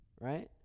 right